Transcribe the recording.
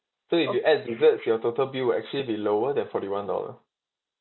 so if you add desserts your total bill will actually be lower than forty one dollar